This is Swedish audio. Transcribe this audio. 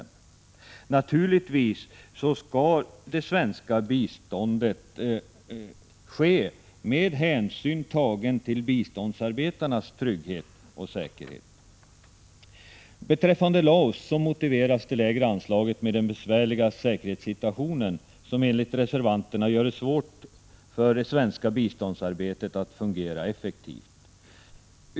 Naturligtvis skall det svenska biståndsarbetet ske med hänsyn tagen till biståndsarbetarnas trygghet och säkerhet. Beträffande Laos motiveras det lägre anslaget med den besvärliga säkerhetssituationen, som enligt reservanterna gör det svårt för det svenska biståndsarbetet att fungera effektivt.